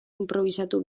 inprobisatu